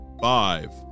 Five